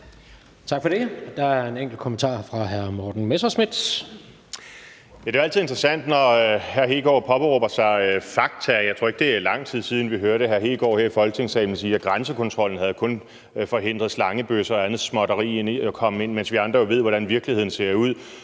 Tak for det. Der er en enkelt kommentar fra hr. Morten Messerschmidt. Kl. 16:04 Morten Messerschmidt (DF): Det er jo altid interessant, når hr. Kristian Hegaard påberåber sig fakta. Jeg tror ikke, det er lang tid siden, at vi hørte hr. Kristian Hegaard sige her i Folketingssalen, at grænsekontrollen kun havde forhindret slangebøsser og andet småtteri i at komme ind, mens vi andre jo ved, hvordan virkeligheden ser ud.